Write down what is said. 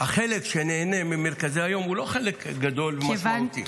החלק שנהנה ממרכזי היום הוא לא חלק גדול ומשמעותי.